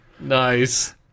Nice